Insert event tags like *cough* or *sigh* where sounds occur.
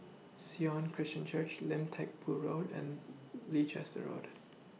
Sion Christian Church Lim Teck Boo Road and *noise* Leicester Road